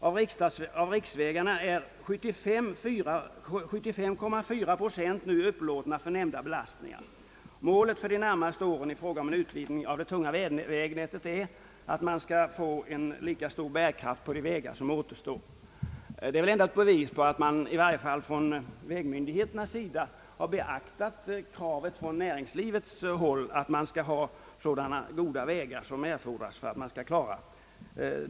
Av riksvägarna är 75,4 70 nu upplåtna för nämnda belastningar.» Målet för de närmaste åren i fråga om utvidgning av det tunga vägnätet är att man skall få en lika stor bärkraft på de vägar som återstår. Detta är väl ändå ett bevis på att man, i varje fall från vägmyndigheternas sida, har beaktat de krav näringslivet ställer på goda vägar.